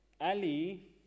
Ali